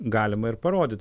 galima ir parodyt